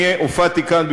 אני הופעתי כאן,